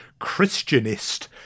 Christianist